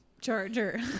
charger